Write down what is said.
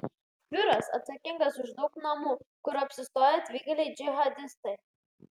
biuras atsakingas už daug namų kur apsistoję atvykėliai džihadistai